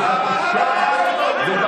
בחוץ.